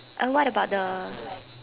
uh what about the